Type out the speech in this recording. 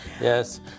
yes